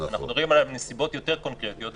אנחנו מדברים על נסיבות יותר קונקרטיות,